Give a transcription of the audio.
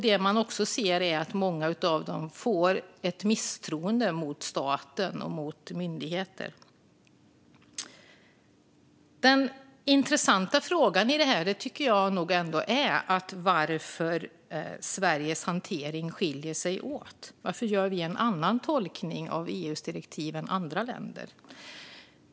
Det man också ser är att många känner ett misstroende mot stat och myndigheter. Den intressanta frågan i det här tycker jag ändå är varför Sveriges hantering skiljer sig från övriga länders. Varför gör vi en annan tolkning av EU:s direktiv?